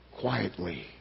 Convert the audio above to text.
quietly